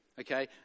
okay